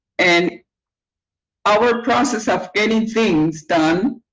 and our process of getting things done